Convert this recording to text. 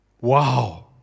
wow